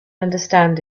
understand